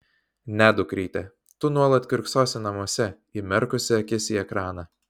ne dukryte tu nuolat kiurksosi namuose įmerkusi akis į ekraną